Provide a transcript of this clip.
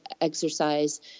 exercise